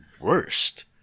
worst